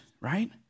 right